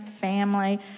family